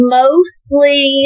mostly